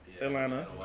Atlanta